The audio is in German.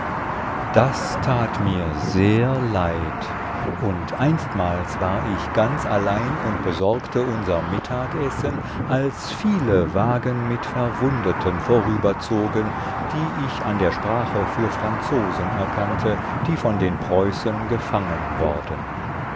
das tat mir sehr leid und einstmals war ich ganz allein und besorgte unser mittagsessen als viele wagen mit verwundeten vorüberzogen die ich an der sprache für franzosen erkannte die von den preußen gefangen worden